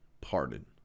pardon